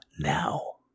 Now